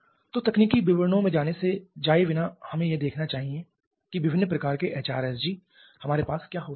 तो तकनीकी विवरणों में जाए बिना हमें यह देखना चाहिए कि विभिन्न प्रकार के एचआरएसजी हमारे पास क्या हो सकते हैं